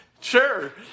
Sure